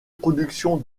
production